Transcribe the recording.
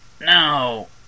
No